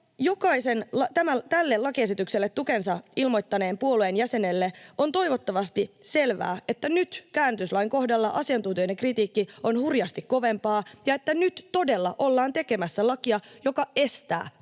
jokaisen tälle lakiesitykselle tukensa ilmoittaneen puolueen jäsenille on toivottavasti selvää, että nyt käännytyslain kohdalla asiantuntijoiden kritiikki on hurjasti kovempaa ja että nyt todella ollaan tekemässä lakia, joka estää turvapaikanhaun.